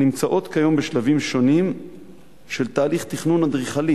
הנמצאות כיום בשלבים שונים של תהליך תכנון אדריכלי